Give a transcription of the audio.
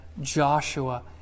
Joshua